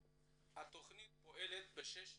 התכנית פועלת ב-16 ישובים,